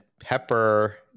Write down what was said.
pepper